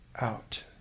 out